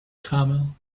camel